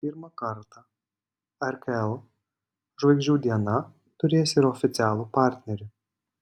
pirmą kartą rkl žvaigždžių diena turės ir oficialų partnerį